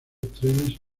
trenes